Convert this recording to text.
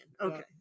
Okay